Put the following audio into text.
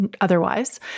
otherwise